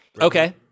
Okay